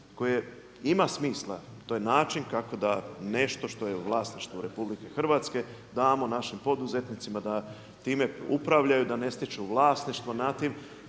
koje ima smisla to je način kako da nešto što je vlasništvo RH damo našim poduzetnicima da time upravljaju da ne stječu vlasništvo nad tim,